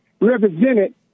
represented